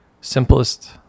simplest